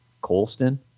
Colston